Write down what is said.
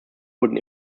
wurden